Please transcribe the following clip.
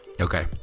Okay